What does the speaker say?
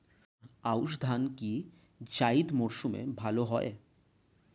আউশ ধান কি জায়িদ মরসুমে ভালো হয়?